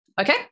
okay